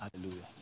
Hallelujah